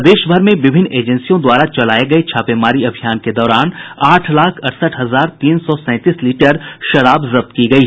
प्रदेश भर में विभिन्न एजेंसियों द्वारा चलाये गये छापेमारी अभियान के दौरान आठ लाख अड़सठ हजार तीन सौ सैंतीस लीटर शराब जब्त की गयी